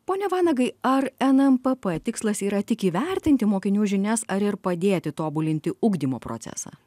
pone vanagai ar nmpp tikslas yra tik įvertinti mokinių žinias ar ir padėti tobulinti ugdymo procesą